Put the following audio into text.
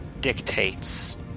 dictates